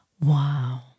Wow